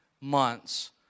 months